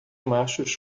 machos